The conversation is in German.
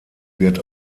wird